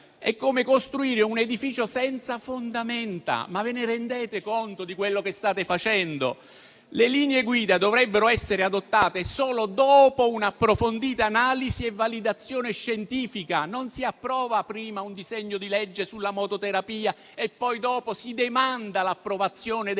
È come costruire un edificio senza fondamenta. Ma vi rendete conto di quello che state facendo? Le linee guida dovrebbero essere adottate solo dopo un'approfondita analisi e validazione scientifica. Non si approva un disegno di legge sulla mototerapia e si demanda a dopo l'approvazione delle